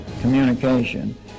communication